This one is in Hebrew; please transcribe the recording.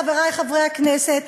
חברי חברי הכנסת,